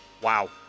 Wow